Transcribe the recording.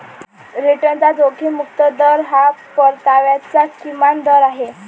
रिटर्नचा जोखीम मुक्त दर हा परताव्याचा किमान दर आहे